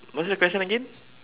what's the question again